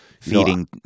Feeding